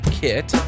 kit